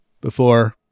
before-